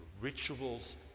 rituals